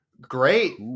Great